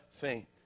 faint